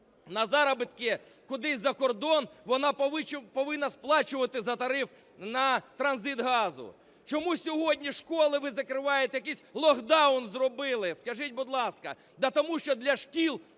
на заробітки кудись за кордон, вона повинна сплачувати за тариф на транзит газу. Чому сьогодні школи ви закриваєте, якийсь "лохдаун" зробили, скажіть, будь ласка? Да тому що для шкіл,